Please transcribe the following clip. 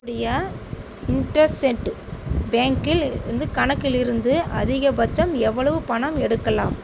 என்னுடைய இண்ட்டஸ்சென்ட் பேங்க்கில் இருந்து கணக்கிலிருந்து அதிகபட்சம் எவ்வளவு பணம் எடுக்கலாம்